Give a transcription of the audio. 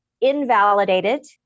invalidated